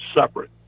separate